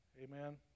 Amen